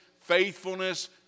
faithfulness